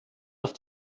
auf